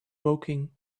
woking